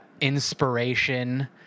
inspiration